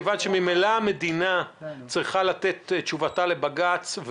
מכיוון שממילא המדינה צריכה לתת תשובתה לבג"ץ.